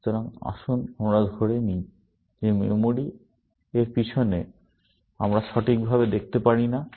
সুতরাং আসুন আমরা ধরে নিই যে মেমরি এর পিছনে এবং আমরা সঠিকভাবে দেখতে পারি না